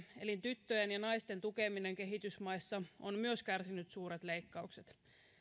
eli tyttöjen ja naisten tukeminen kehitysmaissa on myös kärsinyt suuret leikkaukset